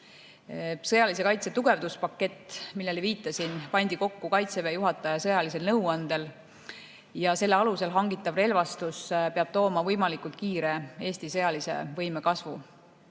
Sõjalise kaitse tugevdamise pakett, millele viitasin, pandi kokku Kaitseväe juhataja sõjalisel nõuandel ja selle alusel hangitav relvastus peab tooma võimalikult kiire Eesti sõjalise võimekuse